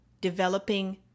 Developing